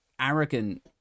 arrogant